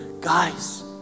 Guys